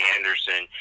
Anderson